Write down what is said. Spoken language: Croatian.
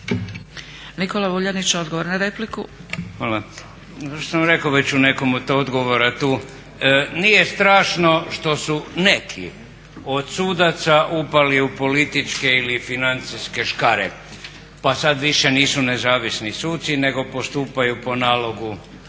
- Stranka rada)** Hvala. Što sam rekao već u nekom od odgovora tu, nije strašno što su neki od sudaca upali u političke ili financijske škare pa sad više nisu nezavisni suci nego postupaju po nalogu